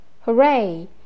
Hooray